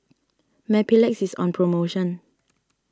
Mepilex is on promotion